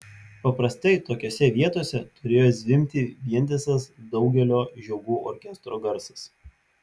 paprastai tokiose vietose turėjo zvimbti vientisas daugelio žiogų orkestro garsas